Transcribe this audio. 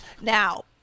now